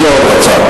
מי עוד רצה?